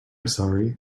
sorry